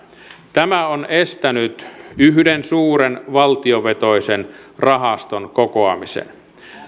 tämä on estänyt yhden suuren valtiovetoisen rahaston kokoamisen